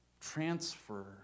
transfer